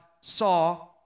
saw